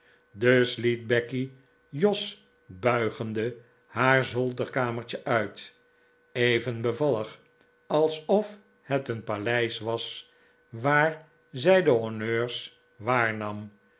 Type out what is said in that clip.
dus liet becky jos buigende haar zolderkamertje uit even bevallig alsof het een paleis was waar zij de honneurs waarnam